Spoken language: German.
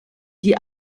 die